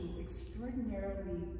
extraordinarily